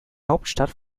hauptstadt